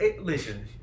Listen